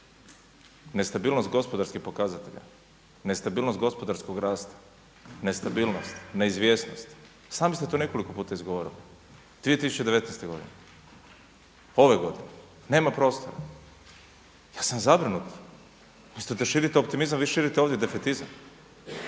Nestabilnost gospodarskih pokazatelja, nestabilnost gospodarskog rasta, nestabilnost, neizvjesnost i sami ste to nekoliko puta izgovorili. 2019. godine, ove godine nema prostora. Ja sam zabrinut. Umjesto da širite optimizam, vi širite ovdje defetizam,